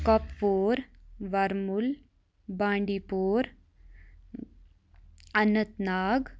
Kupwara Baramulla Bandipora Anant Nag